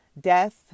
Death